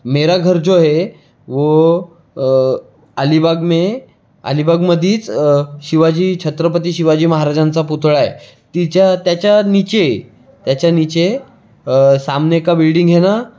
मेरा घर जो हे वो अलिबाग में अलिबागमधीच शिवाजी छत्रपती शिवाजी महाराजांचा पुतळा आहे तिच्या त्याच्या नीचे त्याच्या नीचे सामने का बिल्डिंग है ना